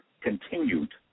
continued